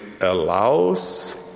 allows